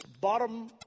bottom